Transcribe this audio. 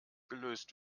gelöst